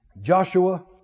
Joshua